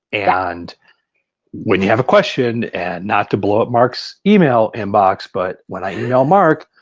and when you have a question and not to blow up mark's email inbox but when i email mark,